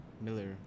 Miller